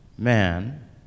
man